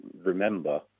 remember